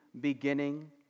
beginning